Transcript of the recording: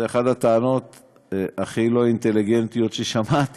זו אחת הטענות הכי לא אינטליגנטיות ששמעתי.